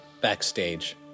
backstage